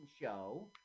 show